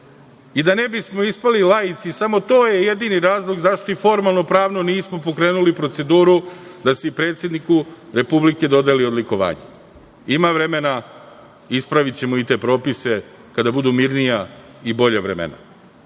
Da ne bismo ispali laici, samo to je jedini razlog zašto i formalno-pravno nismo pokrenuli proceduru da se i predsedniku Republike dodeli odlikovanje. Ima vremena, ispravićemo i te propise kada budu mirnija i bolja vremena. Nije